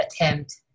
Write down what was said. attempt